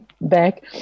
back